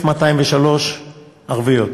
1,203 ערביות.